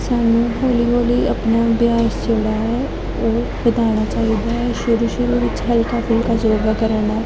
ਸਾਨੂੰ ਹੌਲੀ ਹੌਲੀ ਆਪਣਾ ਅਭਿਆਸ ਜਿਹੜਾ ਹੈ ਉਹ ਵਧਾਉਣਾ ਚਾਹੀਦਾ ਹੈ ਸ਼ੁਰੂ ਸ਼ੁਰੂ ਵਿੱਚ ਹਲਕਾ ਫੁਲਕਾ ਯੋਗਾ ਕਰਨ ਨਾਲ